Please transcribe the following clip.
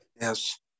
Yes